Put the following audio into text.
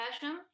passion